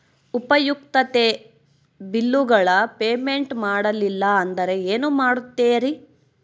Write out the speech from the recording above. ಉಪಯುಕ್ತತೆ ಬಿಲ್ಲುಗಳ ಪೇಮೆಂಟ್ ಮಾಡಲಿಲ್ಲ ಅಂದರೆ ಏನು ಮಾಡುತ್ತೇರಿ?